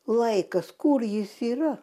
laikas kur jis yra